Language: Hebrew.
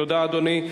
תודה, אדוני.